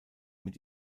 mit